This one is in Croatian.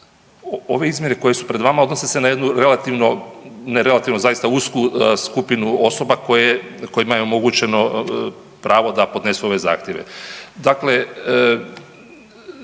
Ove izmjene koje su pred vama odnose se na jednu relativno, ne relativno zaista usku skupinu osoba kojima je omogućeno pravo da podnesu ove zahtjeve. Dakle,